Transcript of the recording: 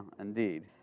indeed